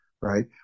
Right